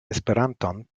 esperanton